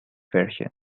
version